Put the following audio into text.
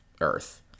Earth